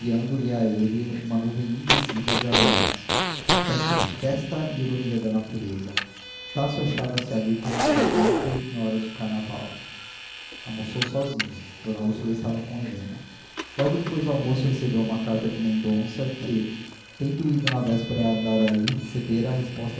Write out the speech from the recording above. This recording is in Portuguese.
e enviandolhe a ele uma nuvem invisível de aromas aspecto de festa e ironia da natureza estácio achava-se ali como um saimento em horas de carnaval almoçou sozinho d úrsula estava com helena logo depois do almoço recebeu uma carta de mendonça que tendo ido na véspera a andaraí recebera a resposta